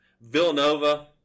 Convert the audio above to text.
Villanova